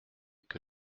que